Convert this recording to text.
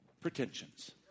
pretensions